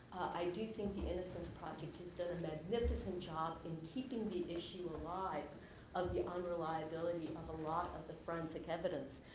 i do think the innocence project has done a magnificent job in keeping the issue alive of the unreliability of a lot of the forensic evidence.